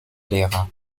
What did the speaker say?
lehrer